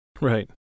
Right